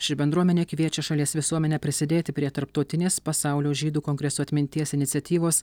ši bendruomenė kviečia šalies visuomenę prisidėti prie tarptautinės pasaulio žydų kongreso atminties iniciatyvos